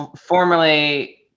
formerly